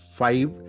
five